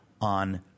on